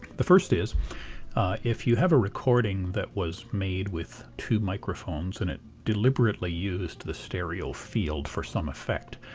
the first is if you have a recording that was made with two microphones and it deliberately used the stereo field for some effect.